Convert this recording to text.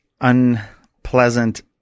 unpleasant